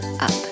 up